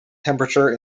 temperature